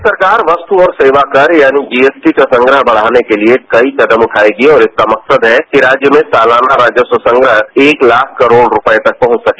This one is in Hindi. राज्य सरकार वस्तू और सेवा कर यानी जीएसटी का संग्रह बढ़ाने के लिए कई कदम उठायेगी और इसका मकसद है कि राज्य में सालाना राजस्व संग्रह एक लाख करोड रुपये तक पहंच सके